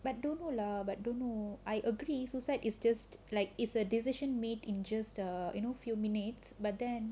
but don't know lah but don't know I agree suicide is just like it's a decision made in just uh you know few minutes but then